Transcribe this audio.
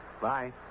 Bye